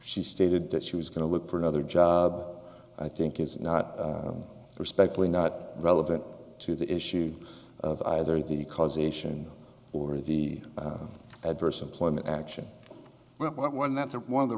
she stated that she was going to look for another job i think is not respectfully not relevant to the issue of either the causation or the adverse employment action but one that the one of the